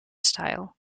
style